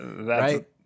right